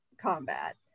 combat